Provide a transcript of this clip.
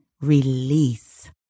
release